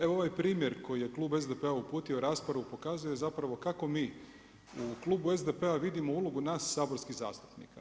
Evo ovaj primjer koji je Klub SDP-a uputio u raspravu pokazuje zapravo kako mi u Klub SDP-a vidimo ulogu nas saborskih zastupnika.